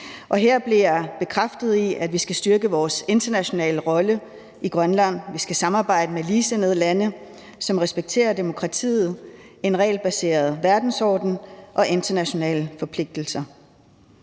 her blev jeg bekræftet i, at vi skal styrke vores internationale rolle i Grønland. Vi skal samarbejde med ligesindede lande, som respekterer demokratiet, en regelbaseret verdensorden og internationale forpligtelser.